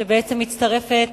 שבעצם מצטרפת